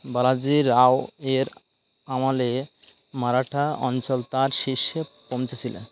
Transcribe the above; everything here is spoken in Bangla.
বালাজি রাও এর আমলে মারাঠা অঞ্চল তাঁর শীর্ষে পৌঁছেছিলেন